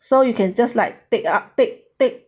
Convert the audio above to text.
so you can just like take ah take take